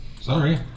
Sorry